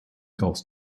gauß